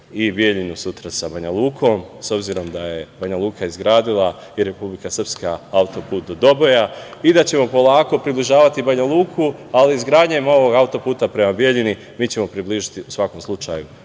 i Bijeljinu sutra sa Banjalukom, obzirom da je Banjaluka izgradila i Republika Srpska autoput Doboja i da ćemo polako približavati Banjaluku, ali izgradnjom ovog autoputa prema Bijeljini, mi ćemo približiti u svakom slučaju